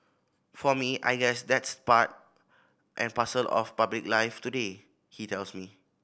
for me I guess that's part and parcel of public life today he tells me